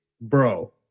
bro